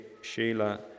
Sheila